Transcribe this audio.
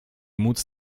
móc